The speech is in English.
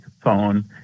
phone